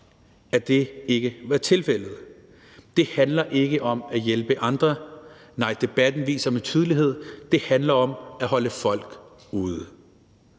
at det ikke var tilfældet. Det handler ikke om at hjælpe andre, nej, debatten viser med tydelighed, at det handler om at holde folk ude.